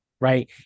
right